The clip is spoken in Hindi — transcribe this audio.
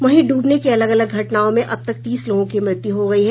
वहीं ड्बने की अलग अलग घटनाओं में अब तक तीस लोगों की मृत्यु हो गयी है